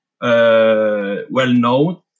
well-known